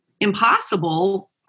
impossible